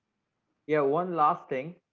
yeah. one last thing,